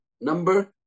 number